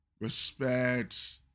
respect